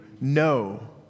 no